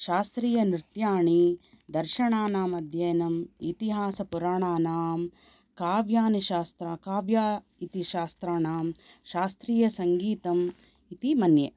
शास्त्रीयनृत्याणि दर्शनानाम् अध्ययनम् इतिहासपुराणानां काव्यानि शास्त्र काव्य इति शास्त्राणां शास्त्रीयसङ्गीतम् इति मन्ये